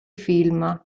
film